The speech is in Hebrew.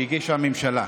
שהגישה הממשלה.